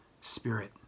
spirit